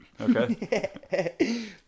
Okay